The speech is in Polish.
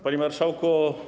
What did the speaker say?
Panie Marszałku!